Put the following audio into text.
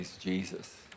Jesus